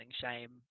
shame